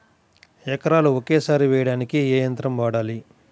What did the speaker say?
ఎకరాలు ఒకేసారి వేయడానికి ఏ యంత్రం వాడాలి?